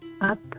up